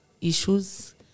issues